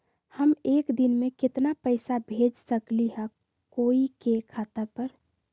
हम एक दिन में केतना पैसा भेज सकली ह कोई के खाता पर?